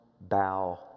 bow